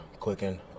clicking